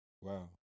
wow